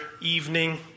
evening